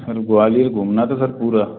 sir Gwalior घूमना था sir पूरा